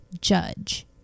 judge